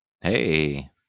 Hey